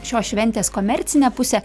šios šventės komercinę pusę